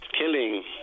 killing